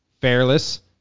fearless